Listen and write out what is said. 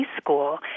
school